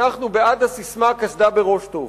אנחנו בעד הססמה "קסדה בראש טוב",